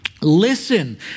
listen